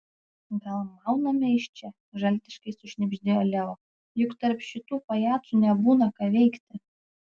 gal mauname iš čia žaltiškai sušnibždėjo leo juk tarp šitų pajacų nebūna ką veikti